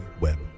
Web